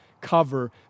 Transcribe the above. cover